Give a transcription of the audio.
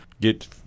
get